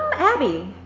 abby.